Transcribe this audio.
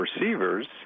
receivers